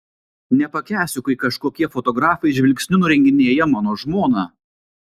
nepakęsiu kai kažkokie fotografai žvilgsniu nurenginėja mano žmoną